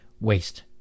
waste